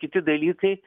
kiti dalykai